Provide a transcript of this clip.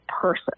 person